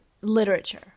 literature